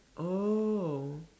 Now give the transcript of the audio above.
oh